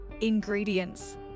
Ingredients